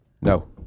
no